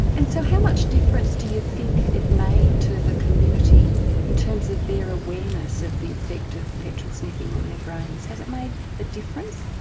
and so how much difference do you think it made to the community in terms of their awareness of the effect of petrol sniffing on their brains. has it made a difference?